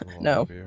No